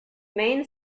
main